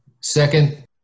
Second